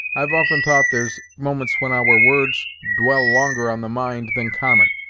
i've often thought there's moments when our words dwell longer on the mind than common,